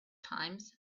times